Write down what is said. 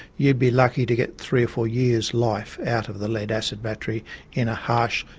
you'd be lucky to get three or four years life out of the lead acid battery in a harsh,